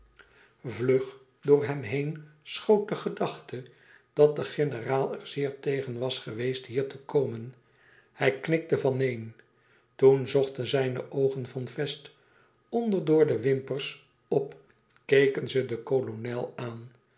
vlug door hem heen schoot de gedachte dat de generaal er zeer tegen was geweest hier te komen hij knikte van neen toen zochten zijne oogen von fest onder door de wimpers op keken ze den kolonel aan